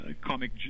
comic